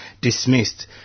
dismissed